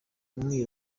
naho